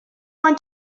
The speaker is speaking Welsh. moyn